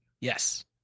yes